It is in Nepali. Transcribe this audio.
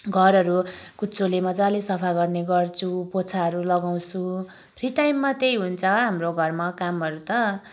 घरहरू कुचोले मजाले सफा गर्ने गर्छु पोचाहरू लगाउँछु फ्री टाइममा त्यही हुन्छ हाम्रो घरमा कामहरू त